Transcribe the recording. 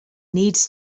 needs